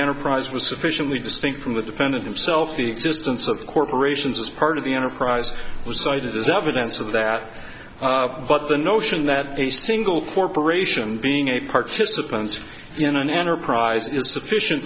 enterprise was sufficiently distinct from the defendant himself the existence of corporations as part of the enterprise was cited as evidence of that but the notion that a single corporation being a participant in an enterprise is sufficient